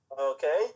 Okay